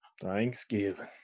Thanksgiving